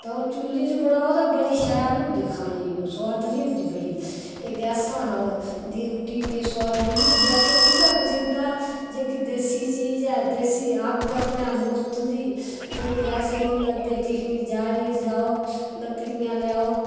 तां ओह् चुल्ली र बनाओ ते बड़ी शैल होंदी खाने च सुआदली होंदी बड़ी एह् गैसै दी रुट्टी इन्नी सुआदली नेईं होंदी असेंगी उऐ पसंद जेहका देसी चीज ऐ देसी अग्ग अपने मुफ्त दी कोई पैसे नेईं लगदे किश नेईं जाडे़ च जाओ लकड़ियां लेई आऔ